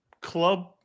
Club